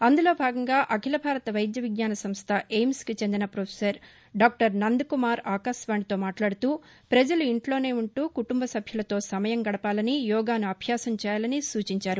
అందులో భాగంగా అఖల భారత వైద్య విజ్ఞాన సంస్థ ఎయిమ్స్కు చెందిన ప్రొఫెసర్ డాక్టర్ నంద్ కుమార్ ఆకాశవాణితో మాట్లాడుతూ ప్రజలు ఇంట్లోనే ఉంటూ కుటుంబ సభ్యులతో సమయం గడపాలని యోగాను అభ్యాసం చేయాలని సూచించారు